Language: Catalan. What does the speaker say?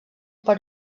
per